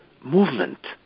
movement